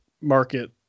market